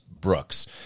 Brooks